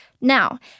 Now